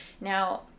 Now